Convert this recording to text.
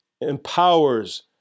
empowers